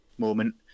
Moment